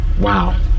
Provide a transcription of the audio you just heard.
Wow